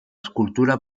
escultura